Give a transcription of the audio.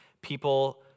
people